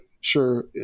sure